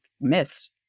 myths